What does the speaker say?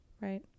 right